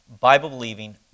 Bible-believing